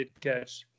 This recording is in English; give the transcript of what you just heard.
catch